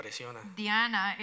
Diana